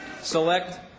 select